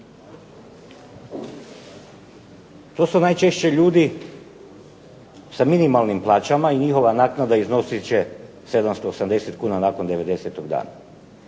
To su najčešće ljudi sa minimalnim plaćama i njihova naknada iznosit će 780 kn nakon 90 dana.